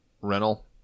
rental